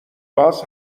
گاز